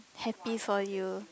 happy for you